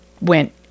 went